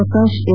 Prakash M